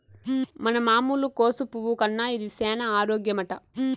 మన మామూలు కోసు పువ్వు కన్నా ఇది సేన ఆరోగ్యమట